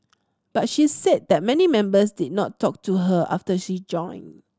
but she said that many members did not talk to her after she joined